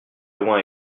loin